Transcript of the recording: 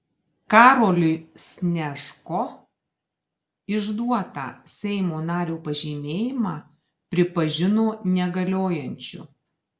karoliui snežko išduotą seimo nario pažymėjimą pripažino negaliojančiu